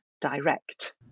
direct